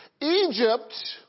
Egypt